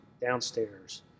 downstairs